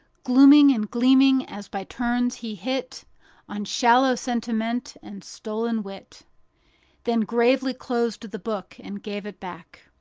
glooming and gleaming as by turns he hit on shallow sentiment and stolen wit then gravely closed the book and gave it back.